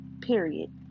Period